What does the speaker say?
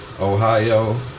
Ohio